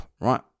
right